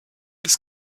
des